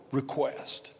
request